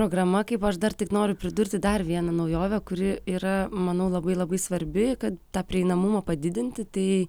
programa kaip aš dar tik noriu pridurti dar vieną naujovę kuri yra manau labai labai svarbi kad tą prieinamumą padidinti tai